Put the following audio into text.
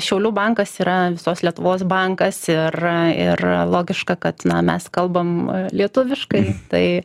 šiaulių bankas yra visos lietuvos bankas ir ir logiška kad na mes kalbam lietuviškai tai